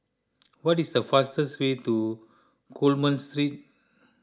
what is the fastest way to Coleman Street